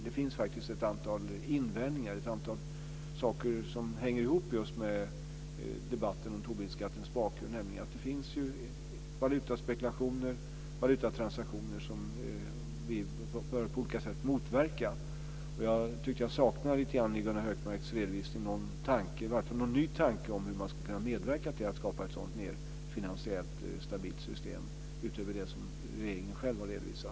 Det finns faktiskt ett antal invändningar och ett antal saker som hänger ihop just med debatten om Tobinskattens bakgrund, nämligen att det finns valutaspekulationer och valutatransaktioner som vi på olika sätt bör motverka. Och i Gunnar Hökmarks redovisning saknade jag lite grann någon ny tanke om hur man skulle kunna medverka till att skapa ett sådant mer finansiellt stabilt system utöver det som regeringen själv har redovisat.